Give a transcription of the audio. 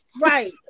Right